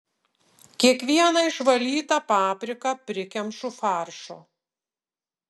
kiekvieną išvalytą papriką prikemšu faršo